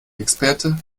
experte